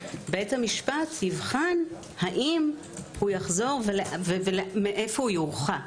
בית המשפט יבחן אם הוא יחזור ומאיפה הוא יורחק.